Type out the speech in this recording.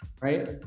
right